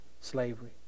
slavery